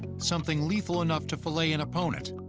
something lethal enough to filet an opponent,